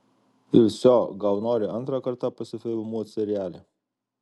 ir vsio gal nori antrą kartą pasifilmuot seriale